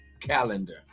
calendar